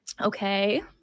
Okay